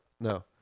no